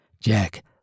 Jack